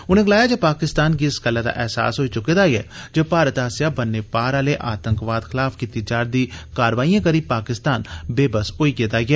उनें गलाया जे पाकिस्तान गी इस गल्ला दा एहसास होई च्के दा ऐ जे भारत आस्सेया बन्ने पार आले आतंकवाद खलाफ कीती जा रदी कारवाइयें करी पाकिस्तान बेबस होई गेदा ऐ